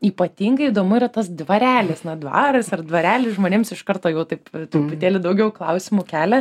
ypatingai įdomu yra tas dvarelis na dvaras ar dvarelis žmonėms iš karto jau taip truputėlį daugiau klausimų kelia